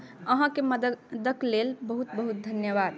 अहाँके मदतिके लेल बहुत बहुत धन्यवाद